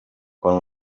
quan